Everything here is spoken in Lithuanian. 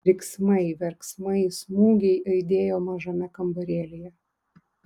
riksmai verksmai smūgiai aidėjo mažame kambarėlyje